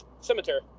Cemetery